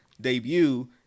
debut